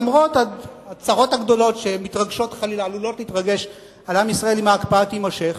למרות הצרות הגדולות שעלולות להתרגש על עם ישראל אם ההקפאה תימשך,